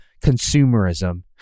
consumerism